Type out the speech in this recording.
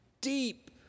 deep